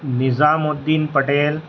نظام الدین پٹیل